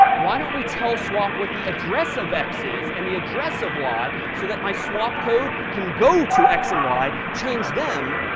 why don't we tell swap what the address of x is and the address of y so that my swap code can go to x and y, change them.